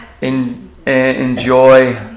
enjoy